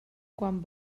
quan